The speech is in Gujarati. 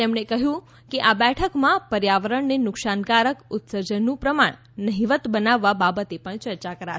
તેમણે કહ્યું કે આ બેઠકમાં પર્યાવરણને નુકસાન કારક ઉત્સર્જનનું પ્રમાણ નહીંવત બનાવવા બાબતે પણ ચર્ચા કરાશે